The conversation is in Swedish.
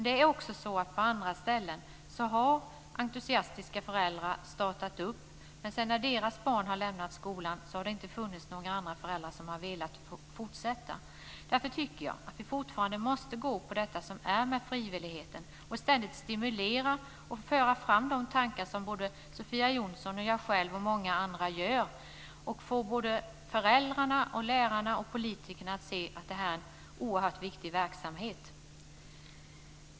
Det är också så att på andra ställen har entusiastiska föräldrar startat föräldrastyrelser, men när sedan deras barn har lämnat skolan har det inte funnits några andra föräldrar som har velat fortsätta. Därför tycker jag att vi fortfarande måste gå på den frivilliga linjen och ständigt stimulera och föra fram de tankar som Sofia Jonsson, jag själv och många andra gör för att få föräldrarna, lärarna och politikerna att se att detta är en oerhört viktig verksamhet.